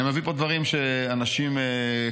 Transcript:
אני מביא פה דברים שאנשים כתבו.